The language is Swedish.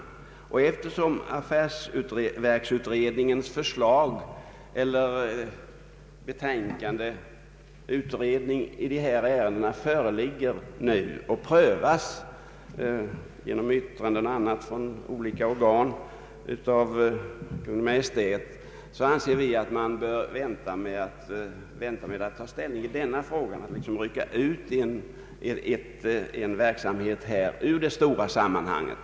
Härtill kommer att affärsverksutredningens betänkande, där dessa frågor berörs, nu föreligger och efter att remissyttranden har inhämtats från olika organ är föremål för Kungl. Maj:ts prövning. Det finns enligt utskottsmajoritetens mening ingen anledning att här rycka ut en verksamhet ur det stora sammanhanget.